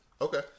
okay